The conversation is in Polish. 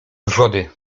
wrzody